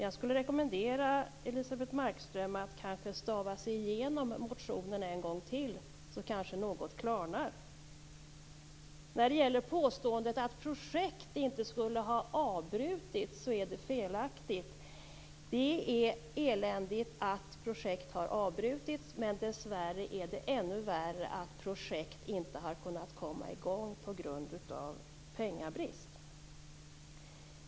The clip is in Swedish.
Jag rekommenderar Elisebeht Markström att kanske stava sig igenom motionen en gång till. Då klarnar det kanske något. Påståendet att projekt inte skulle ha avbrutits är felaktigt. Det är eländigt att projekt har avbrutits, men det är ännu värre att projekt inte har kunnat komma i gång på grund av pengabrist.